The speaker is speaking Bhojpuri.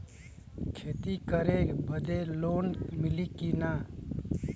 खेती करे बदे लोन मिली कि ना?